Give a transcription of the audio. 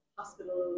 hospital